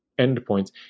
endpoints